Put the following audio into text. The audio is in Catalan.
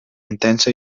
intensa